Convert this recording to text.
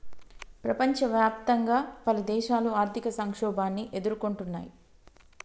ప్రపంచవ్యాప్తంగా పలుదేశాలు ఆర్థిక సంక్షోభాన్ని ఎదుర్కొంటున్నయ్